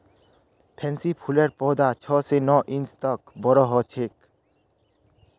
pansy फूलेर पौधा छह स नौ इंच तक बोरो ह छेक